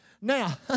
Now